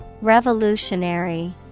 Revolutionary